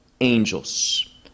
angels